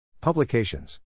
Publications